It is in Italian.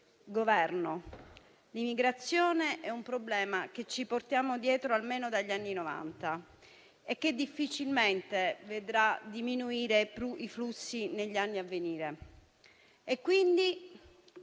Governo, l'immigrazione è un problema che ci portiamo dietro almeno dagli anni Novanta e che difficilmente vedrà diminuire i flussi negli anni a venire.